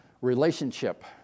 relationship